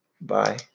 Bye